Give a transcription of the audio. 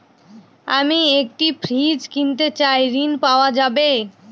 আমি একটি ফ্রিজ কিনতে চাই ঝণ পাওয়া যাবে?